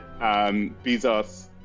Bezos